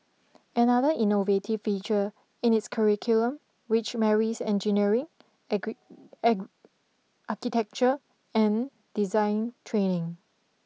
another innovative feature in its curriculum which marries engineering agree architecture and design training